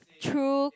true